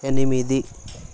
ఎనిమిది